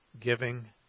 Giving